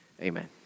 amen